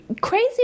crazy